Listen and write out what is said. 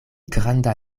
granda